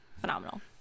Phenomenal